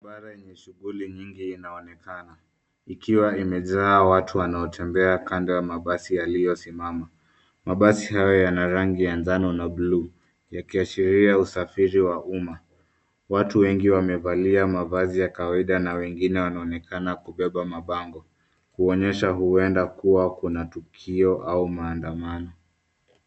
Barabara yenye shughuli nyingi inaonekana ikiwa imejaa watu wanaotembea kando ya mabasi yaliyosimama. Mabasi hayo yana rangi ya njano na bluu yakiashiria usafiri wa umma. Watu wengi wamevalia mavazi ya kawaida na wengine wanaonekana kubeba mabango, kuonyesha huenda kuwa kuna tukio au maandamano.